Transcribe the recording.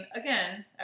again